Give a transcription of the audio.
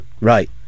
right